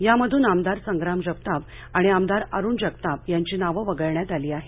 यामधून नामदार संग्राम जगताप आमदार अरुण जगताप यांची नावे वगळण्यात आले आहे